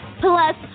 plus